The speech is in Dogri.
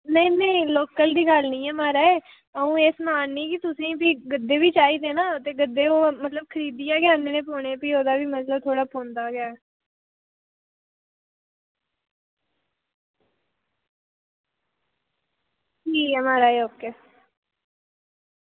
नेईं नेईं लोकल दी गल्ल निं ऐ म्हाराज अं'ऊ एह् सनान्नी कि तुसें ई गद्दे बी चाहिदे ना ते गद्दे मतलब ओह् खरीदियै गै आह्नने पौने ते भी ओह्दा बी मतलब होंदा गै ठीक ऐ म्हाराज ओके